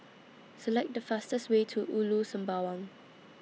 Select The fastest Way to Ulu Sembawang